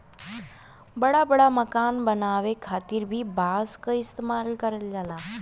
बड़ा बड़ा मकान बनावे खातिर भी बांस क इस्तेमाल करल जाला